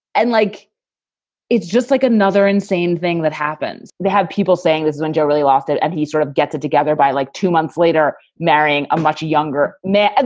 and like it's just like another insane thing that happens. they have people saying this when joe really lost it and he sort of gets it together by like two months later marrying a much younger man. and